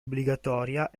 obbligatoria